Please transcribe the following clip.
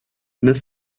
neuf